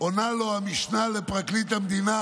עונה לו המשנה לפרקליט המדינה